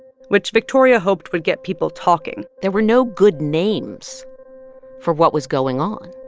which victoria hoped would get people talking there were no good names for what was going on.